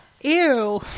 Ew